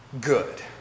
good